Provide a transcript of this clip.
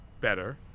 better